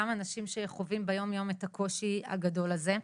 גם אנשים שחווים ביום יום את הקושי הגדול הזה.